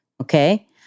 Okay